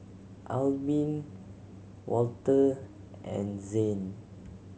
Albin Walter and Zane